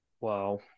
Wow